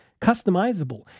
customizable